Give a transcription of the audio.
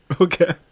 Okay